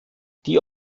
die